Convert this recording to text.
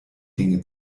dinge